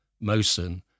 motion